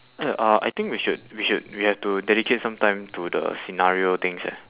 eh uh I think we should we should we have to dedicate some time to the scenario things eh